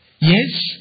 Yes